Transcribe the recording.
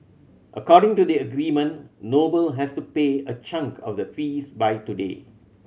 according to the agreement Noble has to pay a chunk of the fees by today